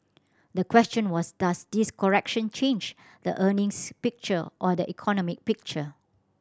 the question was does this correction change the earnings picture or the economic picture